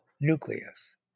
nucleus